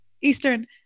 Eastern